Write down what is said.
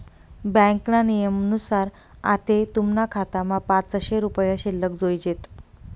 ब्यांकना नियमनुसार आते तुमना खातामा पाचशे रुपया शिल्लक जोयजेत